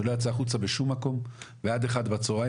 זה לא יצא החוצה בשום מקום ועד 13:00 בצהריים